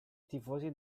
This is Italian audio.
tifosi